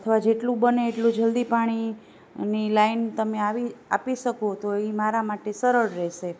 અથવા જેટલું બને એટલું જલ્દી પાણીની લાઈન તમે આપી શકો તો એ મારા માટે સરળ રહેશે